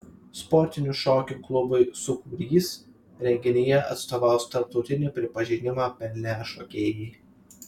sportinių šokių klubui sūkurys renginyje atstovaus tarptautinį pripažinimą pelnę šokėjai